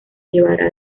llevará